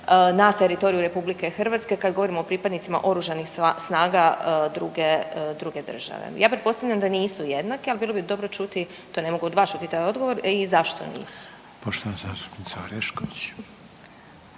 na teritoriju RH kada govorimo o pripadnicima oružanih snaga druge države. Ja pretpostavljam da nisu jednake, ali bilo bi dobro čuti, to ne mogu od vas čuti taj odgovor i zašto nisu. **Reiner, Željko